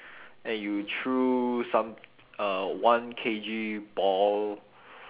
and you threw some a one K_G ball